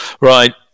Right